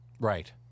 Right